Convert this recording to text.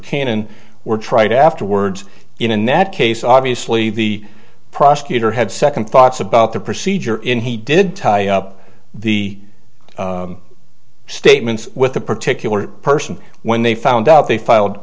cannon were tried afterwards in that case obviously the prosecutor had second thoughts about the procedure in he did tie up the statements with the particular person when they found out they filed